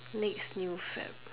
next new fad